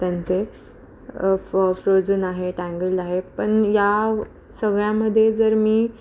त्यांचे फ फ्रोजन आहे टँगल आहे पण या सगळ्यांमध्ये जर मी